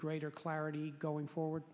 greater clarity going forward